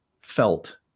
felt